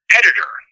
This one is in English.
editor